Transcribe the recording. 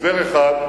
הסבר אחד,